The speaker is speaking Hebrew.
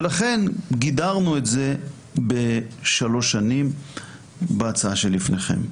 ולכן גידרנו את זה ב-3 שנים בהצעה שלפניכם.